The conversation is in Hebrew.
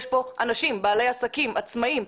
יש פה אנשים, בעלי עסקים, עצמאיים.